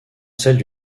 celles